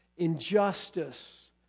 Injustice